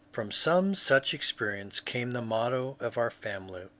from some such experience came the motto of our family,